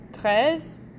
Treize